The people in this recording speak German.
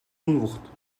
unwucht